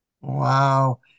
Wow